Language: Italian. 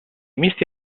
misti